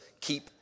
Keep